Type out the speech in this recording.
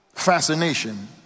fascination